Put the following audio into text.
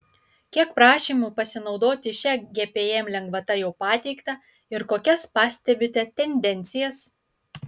kiek prašymų pasinaudoti šia gpm lengvata jau pateikta ir kokias pastebite tendencijas